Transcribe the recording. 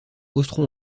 austro